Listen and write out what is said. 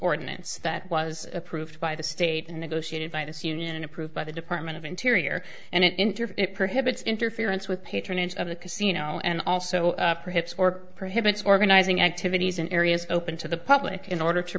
ordinance that was approved by the state and negotiated by this union and approved by the department of interior and it interfet prohibits interference with patronage of the casino and also perhaps or prohibits organizing activities in areas open to the public in order to